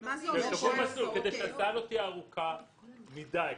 כדי שההסעה לא תהיה ארוכה מדי,